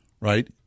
Right